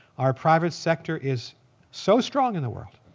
our private sector is so strong in the world.